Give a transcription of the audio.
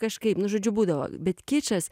kažkaip nu žodžiu būdavo bet kičas